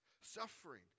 Suffering